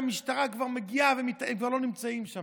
ועד שהמשטרה כבר מגיעה הם כבר לא נמצאים שם.